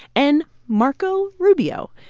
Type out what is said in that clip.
and marco rubio.